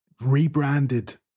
rebranded